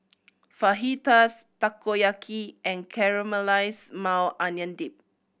Fajitas Takoyaki and Caramelized Maui Onion Dip